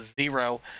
zero